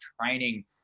training